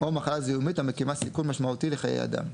או מחלה זיהומית המקימה סיכון משמעותי לחיי אדם,